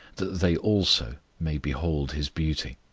that they also may behold his beauty.